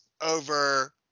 over